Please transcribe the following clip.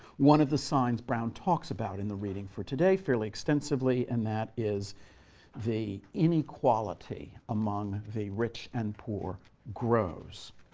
one of the signs brown talks about in the reading for today fairly extensively, and that is the inequality among the rich and poor grows.